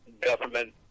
government